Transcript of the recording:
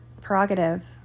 prerogative